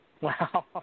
Wow